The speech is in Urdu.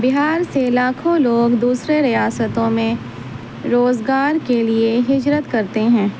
بہار سے لاکھوں لوگ دوسرے ریاستوں میں روزگار کے لیے ہجرت کرتے ہیں